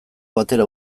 batera